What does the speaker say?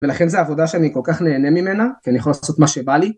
ולכן זה עבודה שאני כל כך נהנה ממנה, ואני יכול לעשות מה שבא לי.